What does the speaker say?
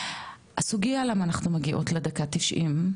הסוגייה למה אנחנו מגיעות לדקה ה-90,